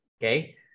okay